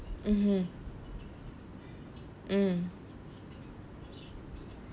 mmhmm mm